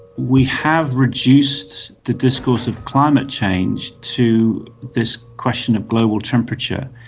we have reduced the discourse of climate change to this question of global temperature,